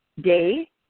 day